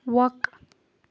وق